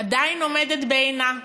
עדיין עומדת בעינה: